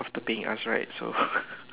after paying us right so